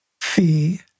fee